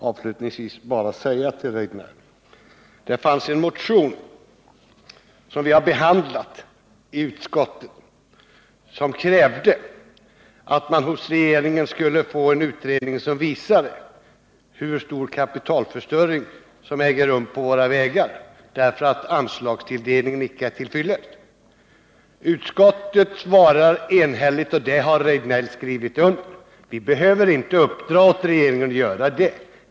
Avslutningsvis vill jag bara säga till Eric Rejdnell att det fanns en motion, som vi har behandlat i utskottet, som krävde att riksdagen hos regeringen skulle begära en utredning som visar hur stor kapitalförstöring som äger rum på våra vägar därför att anslagstilldelningen icke är till fyllest. Utskottet svarar enhälligt, och det har herr Rejdnell skrivit under: Vi behöver inte uppdra åt regeringen att utreda detta.